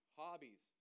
hobbies